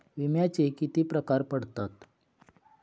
विम्याचे किती प्रकार पडतात?